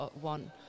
one